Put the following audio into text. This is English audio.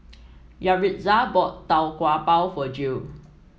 Yaritza bought Tau Kwa Pau for Jill